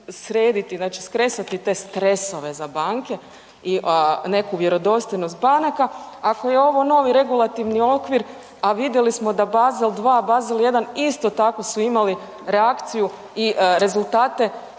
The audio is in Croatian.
znači skrestati te stresove za banke i neku vjerodostojnost banaka ako je ovo novi regulativni okvir, a vidjeli smo da Bazel 2, Bazel 1 isto tako su imali reakciju i rezultate